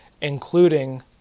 including